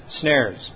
snares